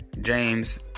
James